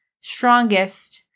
strongest